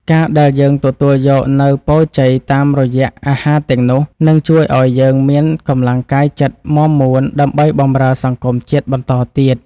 ការដែលយើងទទួលយកនូវពរជ័យតាមរយៈអាហារទាំងនោះ នឹងជួយឱ្យយើងមានកម្លាំងកាយចិត្តមាំមួនដើម្បីបម្រើសង្គមជាតិបន្តទៀត។